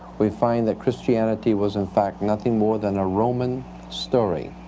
we find that christianity was in fact nothing more than a roman story,